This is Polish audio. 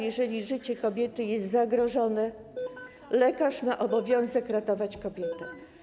Jeżeli życie kobiety jest zagrożone, lekarz ma obowiązek ratować kobietę.